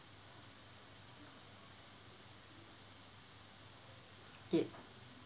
it